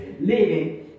living